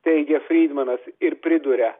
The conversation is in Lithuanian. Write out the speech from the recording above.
teigia frydmanas ir priduria